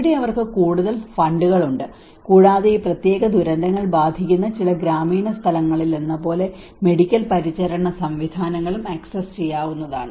ഇവിടെ അവർക്ക് കൂടുതൽ ഫണ്ടുകളുണ്ട് കൂടാതെ ഈ പ്രത്യേക ദുരന്തങ്ങൾ ബാധിക്കുന്ന ചില ഗ്രാമീണ സ്ഥലങ്ങളിലെന്നപോലെ മെഡിക്കൽ പരിചരണ സംവിധാനങ്ങളും ആക്സസ് ചെയ്യാവുന്നതാണ്